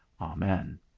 Amen